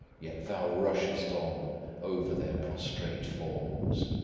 yet thou rushest on over their prostrate forms.